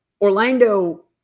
Orlando